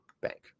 bank